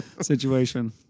situation